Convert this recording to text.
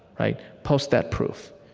right? post that proof.